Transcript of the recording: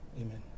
Amen